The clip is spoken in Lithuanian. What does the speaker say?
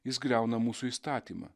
jis griauna mūsų įstatymą